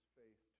faith